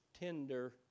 tender